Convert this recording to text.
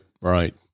Right